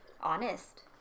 honest